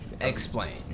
Explain